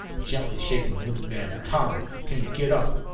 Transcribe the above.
gently shaking the wounded man. tom, can you get up?